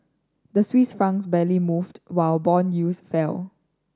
the Swiss franc barely moved while bond yields fell